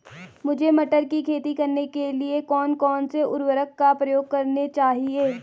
मुझे मटर की खेती करने के लिए कौन कौन से उर्वरक का प्रयोग करने चाहिए?